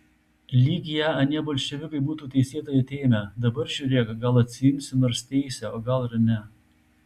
lyg ją anie bolševikai būtų teisėtai atėmę dabar žiūrėk gal atsiimsi nors teisę o gal ir ne